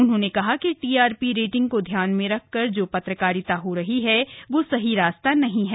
उन्होंने कहा कि टीआरपी रेटिंग को ध्यान में रखकर जो पत्रकारिता हो रही है वह सही रास्ता नहीं है